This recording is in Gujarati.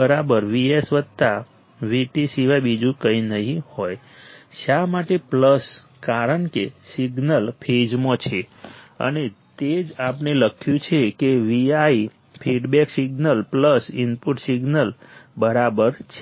VsVt સિવાય બીજું કંઈ નહીં હોય શા માટે પ્લસ કારણ કે સિગ્નલ ફેઝમાં છે અને તે જ આપણે લખ્યું છે કે Vi feedback signal plus input signal બરાબર છે